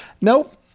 Nope